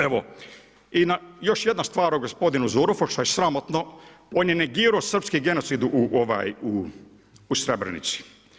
Evo i još jedna stvar o gospodinu Zurofu što je sramotno, on je negirao srpski genocid u Srebrenici.